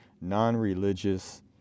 non-religious